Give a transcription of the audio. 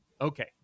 Okay